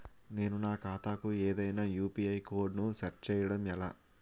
నేను నా ఖాతా కు ఏదైనా యు.పి.ఐ కోడ్ ను సెట్ చేయడం ఎలా?